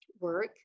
work